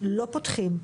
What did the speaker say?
לא פותחים,